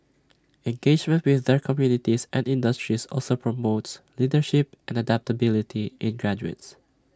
engagement with their communities and industries also promotes leadership and adaptability in graduates